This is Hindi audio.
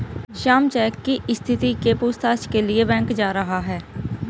श्याम चेक की स्थिति के पूछताछ के लिए बैंक जा रहा है